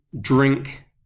drink